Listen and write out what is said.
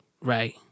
Right